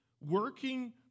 working